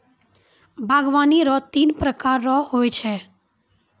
बागवानी रो तीन प्रकार रो हो छै